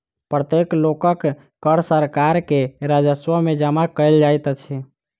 प्रत्येक लोकक कर सरकार के राजस्व में जमा कयल जाइत अछि